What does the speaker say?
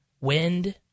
wind